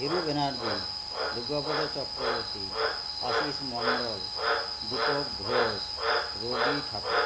Hiru Banerjee Durgapada Chakraborty Ashish Mondal Dipak Ghosh Rabi Thakur